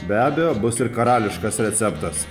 be abejo bus ir karališkas receptas